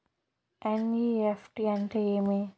NEFT అంటే ఏమి